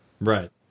Right